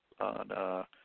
on